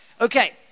Okay